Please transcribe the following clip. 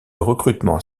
recrutement